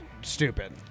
stupid